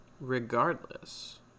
Regardless